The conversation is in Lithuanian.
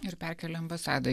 ir perkėlė ambasadą